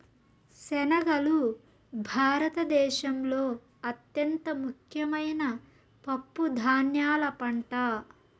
శనగలు భారత దేశంలో అత్యంత ముఖ్యమైన పప్పు ధాన్యాల పంట